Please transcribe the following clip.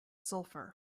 sulfur